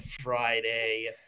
Friday